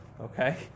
okay